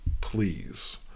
please